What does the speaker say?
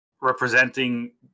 representing